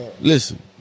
Listen